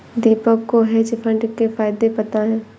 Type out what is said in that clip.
दीपक को hedge fund के फायदे पता है